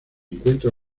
encuentra